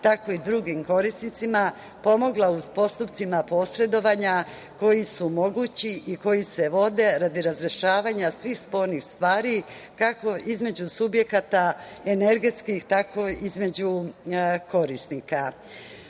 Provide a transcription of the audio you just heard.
tako i državnim korisnicima pomogla u postupcima posredovanja koji su mogući i koji se vode radi razrešavanja svih spornih stvari kako između subjekata energetskih, tako i između korisnika. Ono